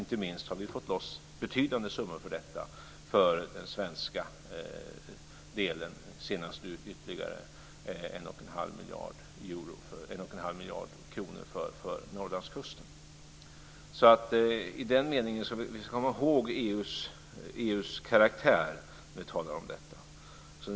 Inte minst har vi fått loss betydande summor för detta för svensk del, senast nu ytterligare 1 1⁄2 miljard kronor för Vi ska komma ihåg EU:s karaktär när vi talar om detta.